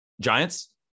Giants